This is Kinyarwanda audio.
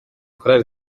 chorale